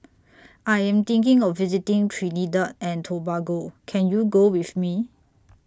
I Am thinking of visiting Trinidad and Tobago Can YOU Go with Me